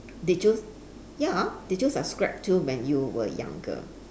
did you ya did you subscribe to when you were younger